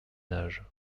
âge